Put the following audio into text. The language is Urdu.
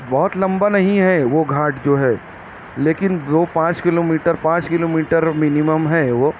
بہت لمبا نہیں ہے وہ گھاٹ جو ہے لیکن دو پانچ کلو میٹر پانچ کلومیٹر مینمم ہے وہ